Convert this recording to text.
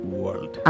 world